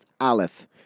Aleph